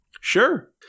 Sure